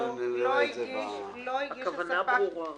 הכוונה ברורה.